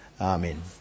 Amen